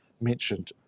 mentioned